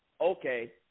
okay